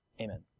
Amen